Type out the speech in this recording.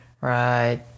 Right